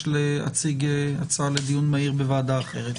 להציג הצעה לדיון מהיר בוועדה אחרת.